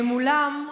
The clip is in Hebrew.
כמה אלפים.